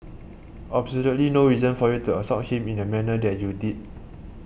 absolutely no reason for you to assault him in the manner that you did